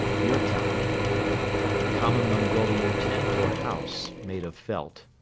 yurta the common mongolian tent or house, made of felt.